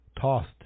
tossed